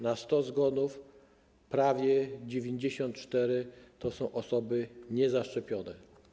Na 100 zgonów prawie 94 to są osoby niezaszczepione.